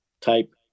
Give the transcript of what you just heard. type